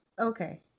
okay